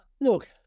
Look